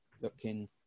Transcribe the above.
looking